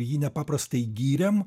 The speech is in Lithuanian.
jį nepaprastai gyrėm